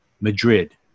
Madrid